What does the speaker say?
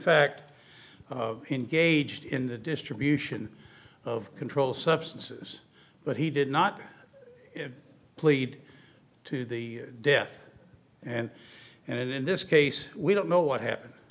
fact engaged in the distribution of controlled substances but he did not plead to the death and and in this case we don't know what happened